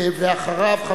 ואחריו,